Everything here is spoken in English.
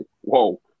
Whoa